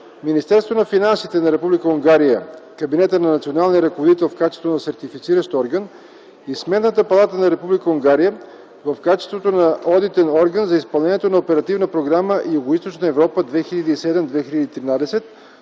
Министерството на финансите на Република Унгария – Кабинета на Националния ръководител в качеството на Сертифициращ орган, и Сметната палата на Република Унгария в качеството на Одитен орган за изпълнение на Оперативна програма „Югоизточна Европа” 2007-2013